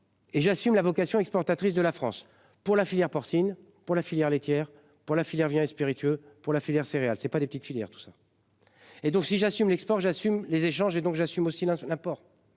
et j'assume la vocation exportatrice de la France pour la filière porcine pour la filière laitière pour la filière vient et spiritueux pour la filière céréales c'est pas des petites filières tout ça. Et donc si j'assume l'export, j'assume les échanges et donc j'assume aussi dans